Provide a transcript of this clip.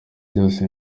ryose